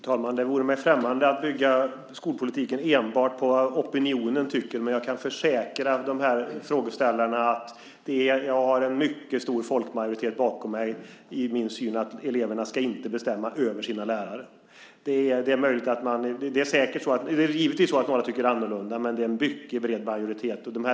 Fru talman! Det vore mig främmande att bygga skolpolitiken enbart på opinionen, men jag kan försäkra frågeställarna att jag har en mycket stor folkmajoritet bakom mig och min syn att eleverna inte ska bestämma över sina lärare. Det är givetvis så att några tycker annorlunda, men det är en mycket bred majoritet för detta.